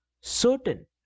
certain